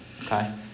okay